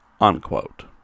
unquote